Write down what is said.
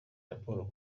raporo